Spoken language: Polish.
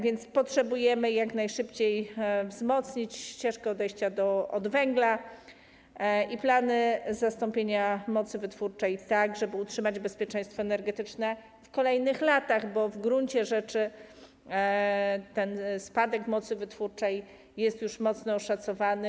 Więc potrzebujemy jak najszybciej wzmocnić ścieżkę odejścia od węgla i plany zastąpienia mocy wytwórczej tak, żeby utrzymać bezpieczeństwo energetyczne w kolejnych latach, bo w gruncie rzeczy ten spadek mocy wytwórczej jest już mocno oszacowany.